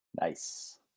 Nice